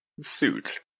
suit